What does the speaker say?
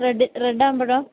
red റെഡ്ഡാകുമ്പോഴോ